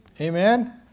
Amen